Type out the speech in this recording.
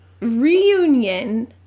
reunion